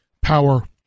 power